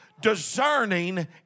discerning